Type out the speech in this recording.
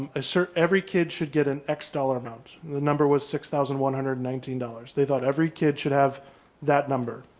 ah so every kid should get an x dollar amount, the number was six thousand one hundred and nineteen dollars. they thought every kid should have that number.